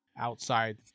outside